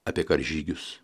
apie karžygius